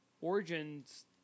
Origins